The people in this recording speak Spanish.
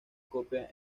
copia